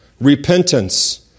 repentance